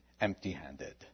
empty-handed